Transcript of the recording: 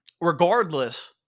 regardless